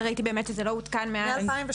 וראיתי שבאמת זה לא עודכן מ-2012.